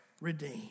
redeem